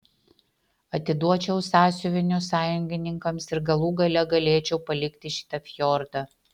atiduočiau sąsiuvinius sąjungininkams ir galų gale galėčiau palikti šitą fjordą